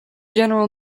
general